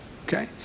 Okay